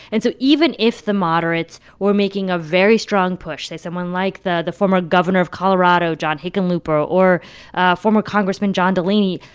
and so even if the moderates were making a very strong push, say, someone like the the former governor of colorado, john hickenlooper, or ah former congressman john delaney.